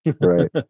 Right